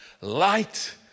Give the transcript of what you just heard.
Light